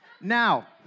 Now